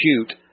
shoot